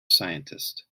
scientist